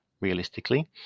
realistically